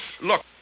Look